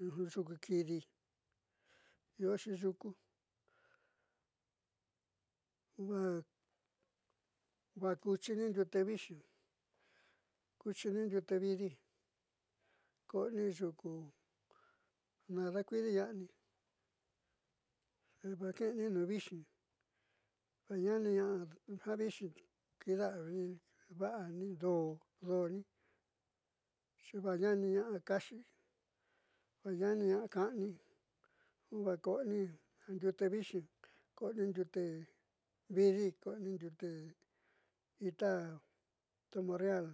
yuku kidi ioxi yuku va va kuchini ndiute viixi kuchini ndiute vidi ko'oni yuku nadakuidiña'ani vajki'ini un viixi va ña'ani na'a ja viixi kiida'avini do'o do'oni ja vajna'aniña'a kaxi vajna'ani ka'ani vajko'ni ndiute viixi ko'oni ndiute vidi ko'oni ndiute ita tamorreal.